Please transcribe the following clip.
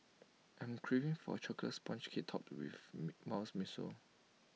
I am craving for Chocolate Sponge Cake Topped with miso